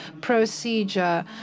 procedure